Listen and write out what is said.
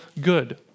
good